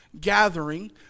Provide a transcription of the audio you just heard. gathering